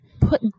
put